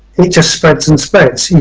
it just spreads and spreads.